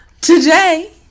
Today